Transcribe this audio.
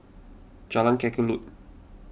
Jalan Kelulut